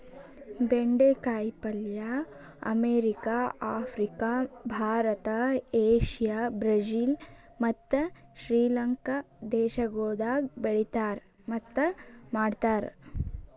ಬೆಂಡೆ ಕಾಯಿ ಪಲ್ಯ America, Africa, Bharat, Asia, Brazil ಮತ್ತ್ ಶ್ರೀ ಲಂಕಾ ದೇಶಗೊಳ್ದಾಗ್ ಬೆಳೆತಾರ್ ಮತ್ತ್ ಮಾಡ್ತಾರ್